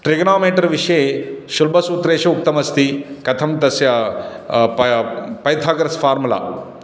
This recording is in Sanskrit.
ट्रिग्नोमेट्रि विषये शुल्बसूत्रेषुः उक्तमस्ति कथं तस्य पया पैथागरस् फ़ार्मुला